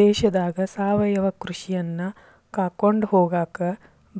ದೇಶದಾಗ ಸಾವಯವ ಕೃಷಿಯನ್ನಾ ಕಾಕೊಂಡ ಹೊಗಾಕ